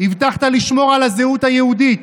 הבטחת לשמור על הזהות היהודית,